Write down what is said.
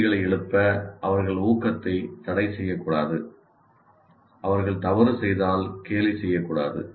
கேள்விகளை எழுப்ப அவர்கள் ஊக்கத்தை தடை செய்யக்கூடாது அவர்கள் தவறு செய்தால் கேலி செய்யக்கூடாது